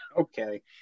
Okay